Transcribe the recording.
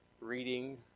Reading